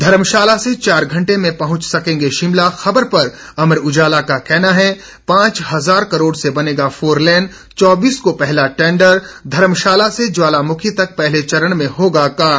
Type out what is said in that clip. धर्मशाला से चार घंटे में पहुंच सकेंगे शिमला खबर पर अमर उजाला का कहना है पांच हज़ार करोड़ से बनेगा फोर लेन चौबीस को पहला टेंडर धर्मशाला से ज्वालामुखी तक पहले चरण में होगा काम